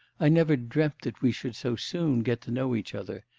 i never dreamt that we should so soon get to know each other.